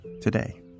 today